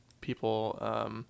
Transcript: people